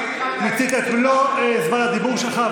מיצית את מלוא זמן הדיבור שלך,